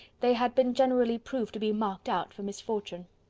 they had been generally proved to be marked out for misfortune.